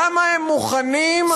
למה הם מוכנים לוותר,